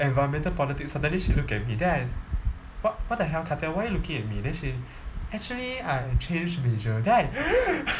environmental politics suddenly she look at me then I wha~ what the hell kathiar why you looking at me then she actually I change major then I